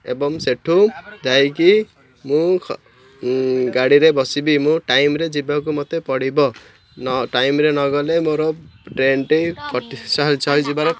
ଏବଂ ସେଇଠୁ ଯାଇକି ମୁଁ ଗାଡ଼ିରେ ବସିବି ମୁଁ ଟାଇମ୍ରେ ଯିବାକୁ ମତେ ପଡ଼ିବ ଟାଇମ୍ରେ ନଗଲେ ମୋର ଟ୍ରେନ୍ଟି ଯିବାର